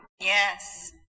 Yes